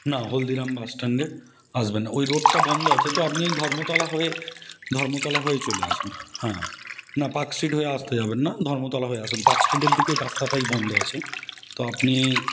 না হলদিরাম বাসস্ট্যান্ডে আসবেন না ওই রোডটা বন্ধ আছে তো আপনি ওই ধর্মতলা হয়ে ধর্মতলা হয়ে চলে আসুন হ্যাঁ না পার্কস্ট্রিট হয়ে আসতে যাবেন না ধর্মতলা হয়ে আসুন পার্কস্ট্রিটের দিকে রাস্তাটাই বন্ধ আছে তো আপনি